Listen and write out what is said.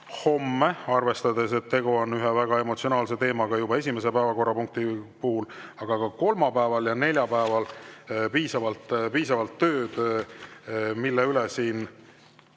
homme – arvestades, et tegu on homme ühe väga emotsionaalse teemaga juba esimese päevakorrapunkti puhul –, aga ka kolmapäeval ja neljapäeval piisavalt tööd, meil on, mille üle siin